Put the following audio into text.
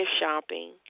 shopping